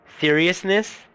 seriousness